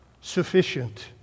sufficient